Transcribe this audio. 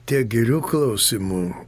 tiek girių klausimų